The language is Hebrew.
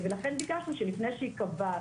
ולכן ביקשנו שלפני שייקבע,